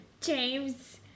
James